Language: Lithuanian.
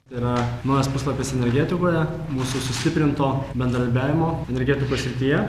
yra naujas puslapis energetikoje mūsų sustiprinto bendradarbiavimo energetikos srityje